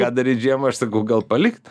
ką daryt žiemą aš sakau gal palikt